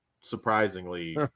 surprisingly